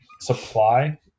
supply